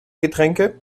getränke